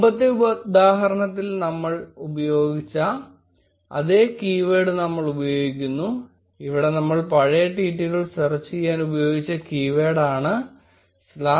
മുമ്പത്തെ ഉദാഹരണത്തിൽ നമ്മൾ ഉപയോഗിച്ച അതേ കീവേഡ് നമ്മൾ ഉപയോഗിക്കുന്നുഅവിടെ നമ്മൾ പഴയ ട്വീറ്റുകൾ സെർച്ച് ചെയ്യാൻ ഉപയോഗിച്ച കീവേഡ് ആണ് elections2016